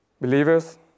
Believers